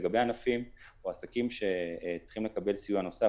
לגבי ענפים או עסקים שצריכים לקבל סיוע נוסף,